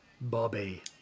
Bobby